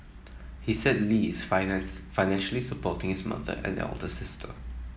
he said Lee is financially supporting his mother and elder sister